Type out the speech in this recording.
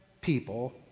people